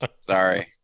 Sorry